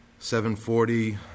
740